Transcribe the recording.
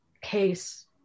case